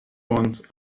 ones